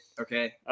okay